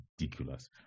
ridiculous